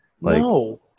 no